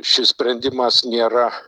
šis sprendimas nėra